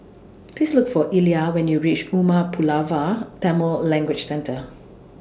Please Look For Ilah when YOU REACH Umar Pulavar Tamil Language Centre